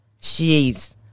jeez